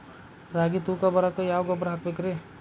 ರಾಗಿ ತೂಕ ಬರಕ್ಕ ಯಾವ ಗೊಬ್ಬರ ಹಾಕಬೇಕ್ರಿ?